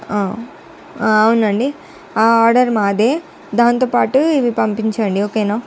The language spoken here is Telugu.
ఆ అవునండి ఆ ఆర్డర్ మాది దానితోపాటు ఇవి పంపించండి ఓకేనా